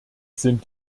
sind